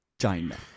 China